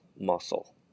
muscle